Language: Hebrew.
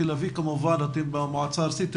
במועצה הארצית,